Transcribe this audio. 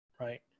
right